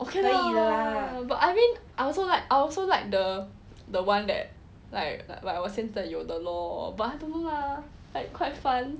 okay lah but I mean I also like I also like the one the one that 我现在有的 lor but I don't know lah like quite fun